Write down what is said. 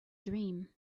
dream